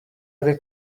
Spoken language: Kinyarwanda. ari